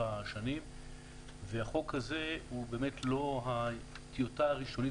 השנים והחוק הזה הוא באמת לא הטיוטה הראשונית,